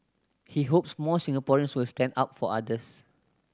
he hopes more Singaporeans will stand up for others